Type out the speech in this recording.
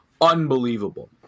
unbelievable